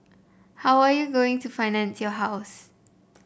how are you going to finance your house